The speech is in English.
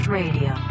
radio